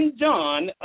John